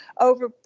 over